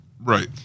Right